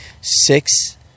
six